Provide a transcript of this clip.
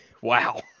Wow